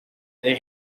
they